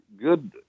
good